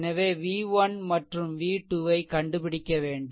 எனவே v1 மற்றும் v2 ஐ கண்டுபிடிக்க வேண்டும்